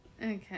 Okay